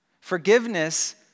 Forgiveness